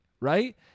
right